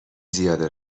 زیاده